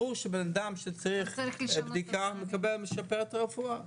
ברור שבן אדם שצריך בדיקה ומקבל - זה משפר את הרפואה.